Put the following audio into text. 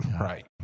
Right